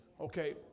Okay